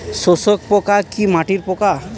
শোষক পোকা কি মাটির পোকা?